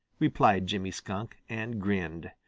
replied jimmy skunk, and grinned.